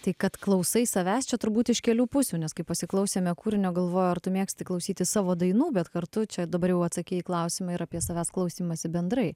tai kad klausai savęs čia turbūt iš kelių pusių nes kaip pasiklausėme kūrinio galvoju ar tu mėgsti klausytis savo dainų bet kartu čia dabar jau atsakei į klausimą ir apie savęs klausymąsi bendrai